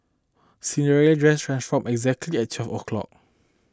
Cinderella dress transformed exactly at twelve o'clock